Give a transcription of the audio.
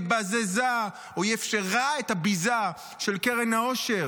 היא בזזה או אפשרה את הביזה של קרן העושר.